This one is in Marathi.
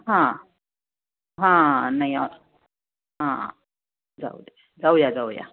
हां हां नाही हां जाऊ दे जाऊया जाऊया